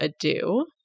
ado